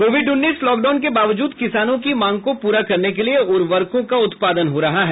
Covid उन्नीस lockdown के बावजूद किसानों की मांग को पूरा करने के लिए उर्वरकों का उत्पादन हो रहा है